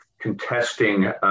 contesting –